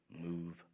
move